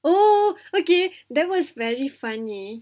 oh okay there was very funny